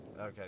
Okay